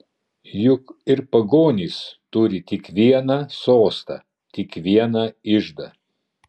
juk ir pagonys turi tik vieną sostą tik vieną iždą